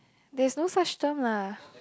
there is no such term lah